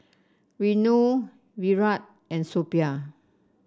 Renu Virat and Suppiah